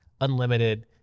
unlimited